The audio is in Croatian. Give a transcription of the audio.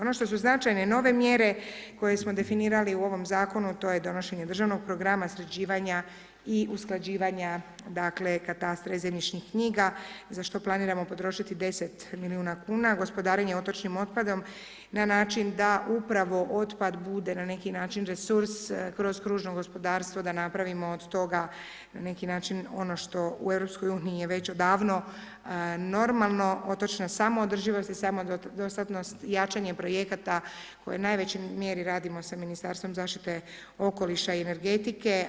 Ono što su značajne i nove mjere koje smo definirali u ovom Zakonu to je donošenje državnog programa sređivanja i usklađivanja dakle katastra i zemljišnih knjiga za što planiramo potrošiti 10 milijuna kuna, gospodarenje otočnim otpadom na način da upravo otpad bude na neki način resurs kroz kružno gospodarstvo da napravimo od toga na neki način ono što u EU je već odavno normalno, otočna samoodrživost i samodostatnost i jačanje projekata koje u najvećoj mjeri radimo sa Ministarstvom zaštite okoliša i energetike.